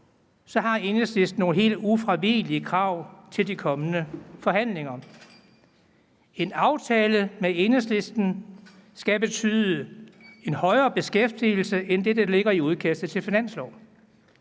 har Enhedslisten nogle helt ufravigelige krav til de kommende forhandlinger. En aftale med Enhedslisten skal betyde en højere beskæftigelse end det, der ligger i udkastet til finansloven.